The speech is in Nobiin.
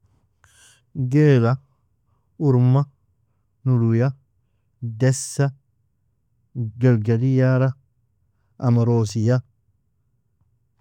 Gila, urma, noloya, dessa, gelgeliara, amrosia.